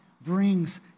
brings